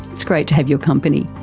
it's great to have your company.